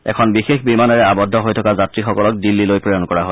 এখন বিশেষ বিমানেৰে আবদ্ধ হৈ থকা যাত্ৰীসকলক দিল্লীলৈ প্ৰেৰণ কৰা হয়